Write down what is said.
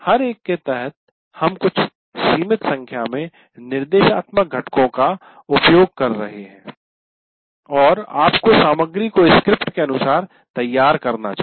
हर एक के तहत हम कुछ सीमित संख्या में निर्देशात्मक घटकों का उपयोग कर रहे हैं और आपको सामग्री को स्क्रिप्ट के अनुसार तैयार करना चाहिए